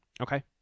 Okay